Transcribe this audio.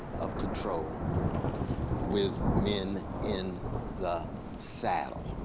of control with men in the saddle.